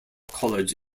college